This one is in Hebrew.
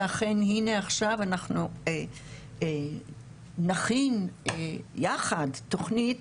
שאכן הינה עכשיו אנחנו נכין יחד תוכנית